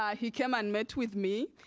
um he came and met with me,